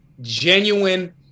genuine